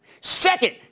Second